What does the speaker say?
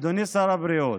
אדוני שר הבריאות,